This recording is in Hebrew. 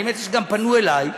האמת היא שפנו גם אלי,